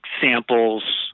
samples